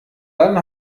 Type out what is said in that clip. dann